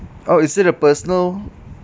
oh is it a personal